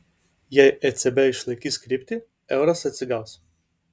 jei ecb išlaikys kryptį euras atsigaus